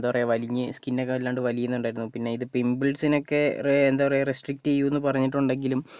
എന്താണു പറയുക വലിഞ്ഞ് സ്കിന്നൊക്കെ വല്ലാതെ വലിയുന്നുണ്ടായിരുന്നു പിന്നെ ഇത് പിംപിൾസിനെയൊക്കെ റെ എന്താ പറയുക റെസ്ട്രിക്റ്റ് ചെയ്യുമെന്ന് പറഞ്ഞിട്ടുണ്ടെങ്കിലും